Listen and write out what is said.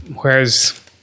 whereas